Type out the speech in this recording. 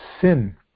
sin